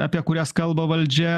apie kurias kalba valdžia